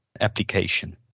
application